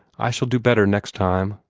i shall do better next time.